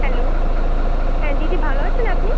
hello হ্যাঁ দিদি ভালো আছেন আপনি